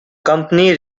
company